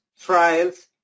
trials